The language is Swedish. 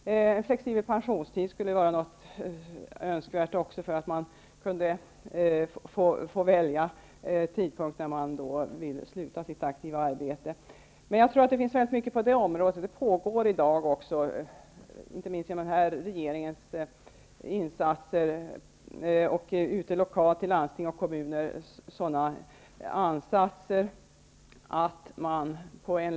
Flexibel pensionstid där man får välja när man vill sluta sitt aktiva arbete skulle också vara önskvärt. Det pågår i dag ansatser i riktning mot att man på en lägre nivå i en hierarki skall kunna få beslutanderätt och ansvar för det arbete som skall utföras.